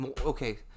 okay